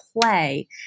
play